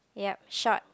yup short